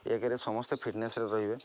ଏକରେ ସମସ୍ତେ ଫିଟ୍ନେସ୍ରେ ରହିବେ